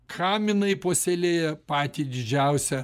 kam jinai puoselėja patį didžiausią